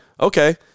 Okay